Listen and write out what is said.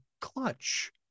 clutch